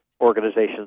organization's